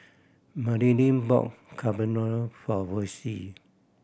Madilynn bought Carbonara for Versie